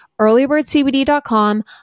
earlybirdcbd.com